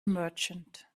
merchant